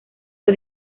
fue